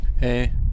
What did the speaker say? Hey